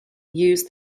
used